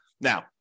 Now